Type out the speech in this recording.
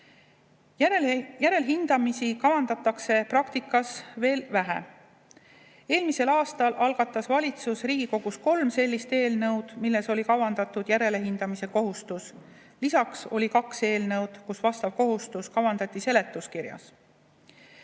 Järelhindamisi kavandatakse praktikas veel vähe. Eelmisel aastal algatas valitsus Riigikogus kolm sellist eelnõu, kus oli kavandatud ka järelhindamiskohustus. Lisaks oli kaks eelnõu, kus vastav kohustus oli kavandatud seletuskirjas.